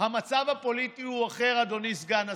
המצב הפוליטי הוא אחר, אדוני סגן השר.